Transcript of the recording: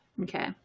Okay